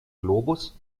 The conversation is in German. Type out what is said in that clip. globus